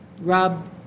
Rob